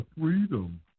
freedom